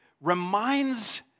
reminds